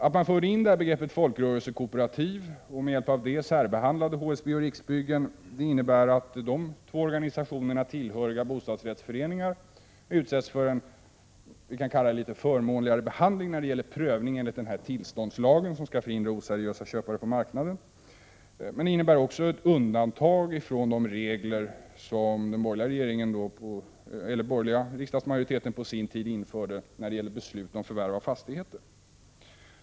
Att man införde begreppet folkrörelsekooperativ och med hjälp av det särbehandlade HSB och Riksbyggen innebär att de organisationerna tillhöriga bostadsrättsföreningarna utsätts för en litet förmånligare behandling när det gäller prövning enligt tillståndslagen, som skall förhindra att oseriösa köpare kommer in på marknaden, men det innebär också ett undantag från de regler som den borgerliga riksdagsmajoriteten på sin tid införde när det gällde beslut om förvärv av fastigheter.